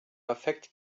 affekt